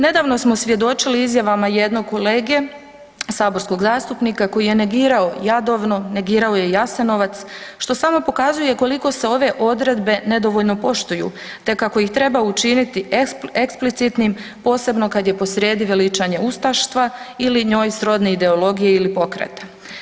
Nedavno smo svjedočili izjavama jednog kolege saborskog zastupnika koji je negirao Jadovno, negirao je Jasenovac što samo pokazuje koliko se ove odredbe nedovoljno poštuju te kako ih treba učiniti eksplicitnim posebno kada je posrijedi veličanje ustaštva ili njoj srodne ideologije ili pokreta.